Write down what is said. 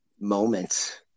moments